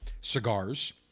cigars